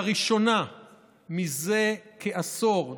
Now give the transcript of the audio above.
לראשונה מזה כעשור,